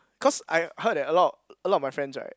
cause I heard that a lot a lot of my friends right